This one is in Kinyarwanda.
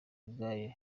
ubwayo